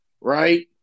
right